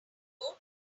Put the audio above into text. keyboard